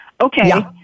Okay